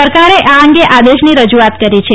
સરકારે આ અંગે આદેશની રજૂઆત કરી છે